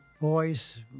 boys